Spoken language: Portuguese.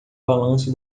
balanço